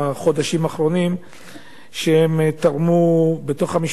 האחרונים על שהן תרמו בתוך המשפחה.